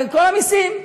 כל המסים,